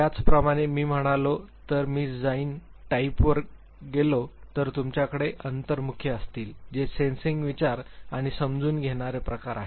त्याचप्रमाणे मी म्हणालो तर मी जाणीव टाईपवर गेलो तर तुमच्याकडे अंतःमुखी असतील जे सेन्सिंग विचार आणि समजून घेणारे प्रकार आहेत